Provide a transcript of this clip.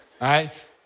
right